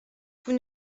vous